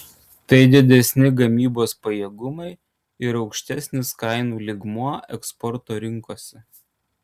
tai didesni gamybos pajėgumai ir aukštesnis kainų lygmuo eksporto rinkose